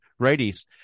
righties